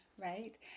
Right